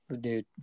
dude